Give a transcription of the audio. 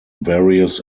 various